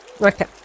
Okay